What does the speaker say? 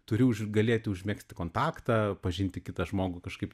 turi užgalėti užmegzti kontaktą pažinti kitą žmogų kažkaip